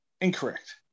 Incorrect